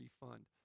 refund